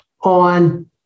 on